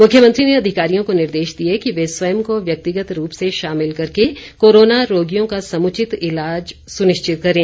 मुख्यमंत्री ने अधिकारियों को निर्देश दिए कि वे स्वयं को व्यक्तिगत रूप से शामिल करके कोरोना रोगियों का समुचित ईलाज सुनिश्चित करें